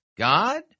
God